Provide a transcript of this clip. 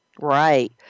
Right